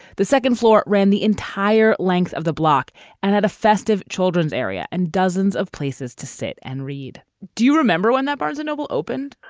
the second floor ran the entire length of the block and had a festive children's area and dozens of places to sit and read. do you remember when that barnes noble opened?